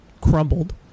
crumbled